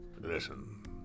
listen